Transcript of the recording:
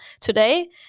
today